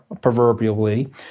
proverbially